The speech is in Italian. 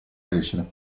crescere